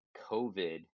covid